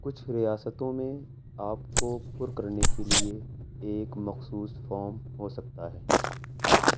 کچھ ریاستوں میں آپ کو پر کرنے کے لیے ایک مخصوص فارم ہو سکتا ہے